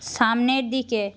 সামনের দিকে